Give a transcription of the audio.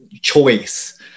choice